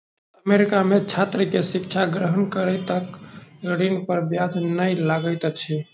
America में छात्र के शिक्षा ग्रहण करै तक ऋण पर ब्याज नै लगैत अछि